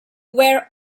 were